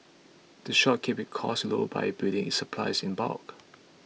the shop keeps its costs low by buying its supplies in bulk